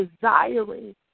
desiring